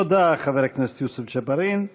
תודה, חבר הכנסת יוסף ג'בארין.